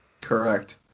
Correct